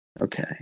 Okay